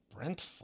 Brent